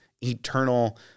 eternal